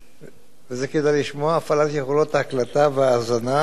הפעלת יכולות ההקלטה וההאזנה תיעשה רק